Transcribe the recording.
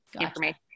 information